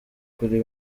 kuri